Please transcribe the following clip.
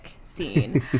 scene